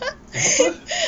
apa